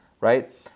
right